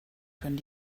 können